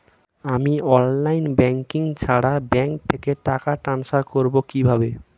আমি online banking ছাড়া bank থেকে টাকা ট্রান্সফার করবো কিভাবে?